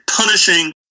punishing